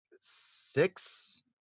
Six